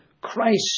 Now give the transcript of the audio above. Christ